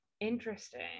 Interesting